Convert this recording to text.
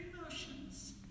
emotions